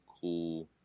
cool